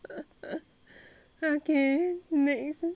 okay next